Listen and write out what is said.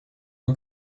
uma